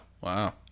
Wow